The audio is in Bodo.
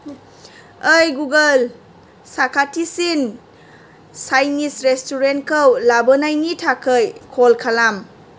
ओइ गुगोल साखाथिसिन चाइनिज रेस्टुरेन्टखौ लाबोनायनि थाखाय कल खालाम